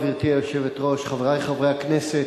גברתי היושבת-ראש, חברי חברי הכנסת,